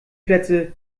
plätze